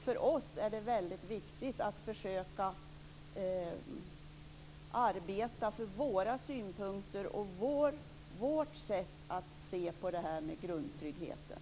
För oss är det väldigt viktigt att försöka arbeta för våra synpunkter och vårt sätt att se på det här med grundtryggheten.